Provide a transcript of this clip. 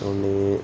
അതുകൊണ്ട്